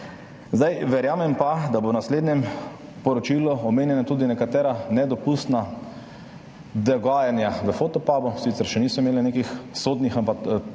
Verjamem pa, da bodo v naslednjem poročilu omenjena tudi nekatera nedopustna dogajanja v Fotopubu. Sicer še niso imeli nekih sodnih,